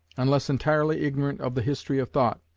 unless entirely ignorant of the history of thought,